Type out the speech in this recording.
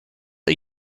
are